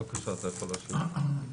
בקשה, אתה יכול להמשיך.